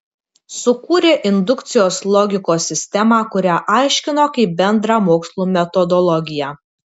sukūrė indukcijos logikos sistemą kurią aiškino kaip bendrą mokslų metodologiją